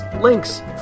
links